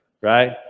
right